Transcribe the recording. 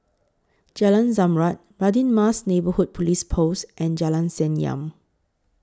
Jalan Zamrud Radin Mas Neighbourhood Police Post and Jalan Senyum